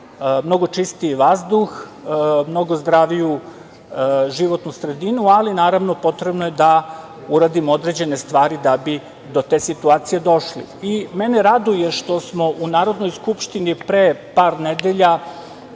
mnogo čistiji vazduh, mnogo zdraviju životnu sredinu, ali, naravno, potrebno je da uradimo određene stvari da bi do te situacije došlo. Mene raduje što smo u Narodnoj skupštini pre par nedelja